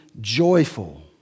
joyful